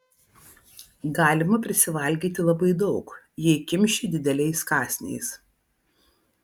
galima prisivalgyti labai daug jei kimši dideliais kąsniais